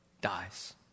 dies